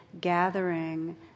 gathering